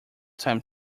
time